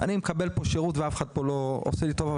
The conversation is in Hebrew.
אני מקבל פה שירות ואף אחד פה לא עושה לי טובה,